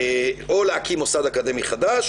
או להקים מוסד אקדמי חדש,